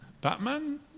Batman